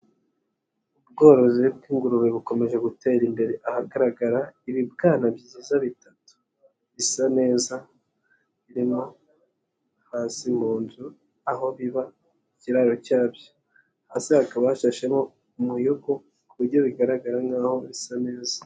Ubworozi bw'ingurube bukomeje gutera imbere, ahagaragara ibibwana byiza bitatu, bisa neza, birimo hasi mu nzu, aho biba mu ikiraro cyabyo. Hasi hakaba hashashemo umuyuku ku buryo bigaragara nkaho bisa neza.